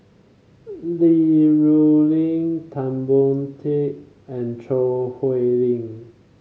Li Rulin Tan Boon Teik and Choo Hwee Lim